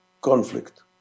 conflict